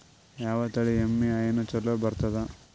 ಯಾವ ತಳಿ ಎಮ್ಮಿ ಹೈನ ಚಲೋ ಬರ್ತದ?